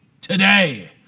today